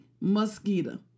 mosquito